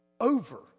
over